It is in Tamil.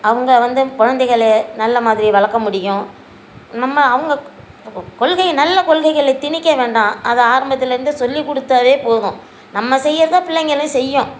அவங்க வந்து குழந்தைகளை நல்லமாதிரி வளர்க்க முடியும் நம்ம அவங்க கொள்கை நல்ல கொள்கைகளை திணிக்க வேண்டாம் அதை ஆரம்பத்திலருந்தே சொல்லி கொடுத்தாவே போதும் நம்ம செய்கிறத பிள்ளைங்களும் செய்யும்